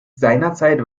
seinerzeit